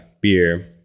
beer